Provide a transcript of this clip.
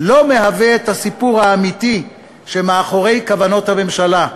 איננה הסיפור האמיתי שמאחורי כוונות הממשלה.